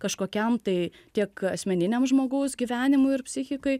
kažkokiam tai tiek asmeniniam žmogaus gyvenimui ir psichikai